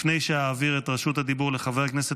לפני שאעביר את רשות הדיבור לחבר הכנסת